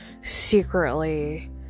secretly